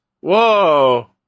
Whoa